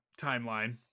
timeline